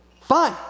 Fine